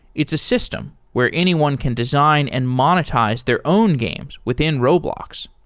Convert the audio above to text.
it's a system where anyone can design and monetize their own games within roblox.